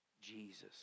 Jesus